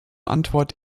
antwort